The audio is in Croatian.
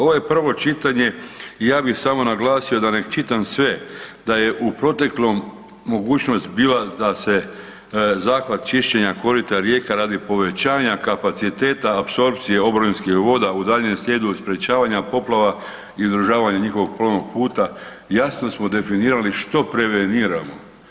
Ovo je prvo čitanje i ja bih samo naglasio da ne čitam sve da je u proteklom mogućnost bila da se zahvat čišćenja korita rijeka radi povećanja kapaciteta apsorpcije oborinskih voda u daljnjem slijedu sprječavanja poplava i održavanja njihova plovnog puta jasno smo definirali što preveniramo.